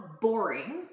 boring